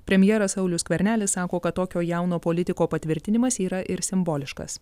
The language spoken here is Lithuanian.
premjeras saulius skvernelis sako kad tokio jauno politiko patvirtinimas yra ir simboliškas